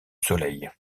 soleil